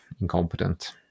incompetent